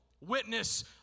witness